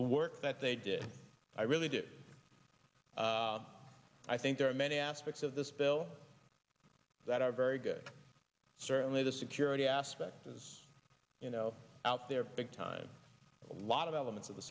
work that they did i really do i think there are many aspects of this bill that are very good certainly the security aspect is you know out there big time a lot of elements of the